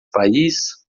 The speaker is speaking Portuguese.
país